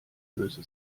böse